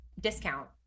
discount